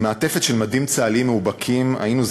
במעטפת של מדים צה"ליים מאובקים היינו,